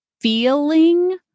feeling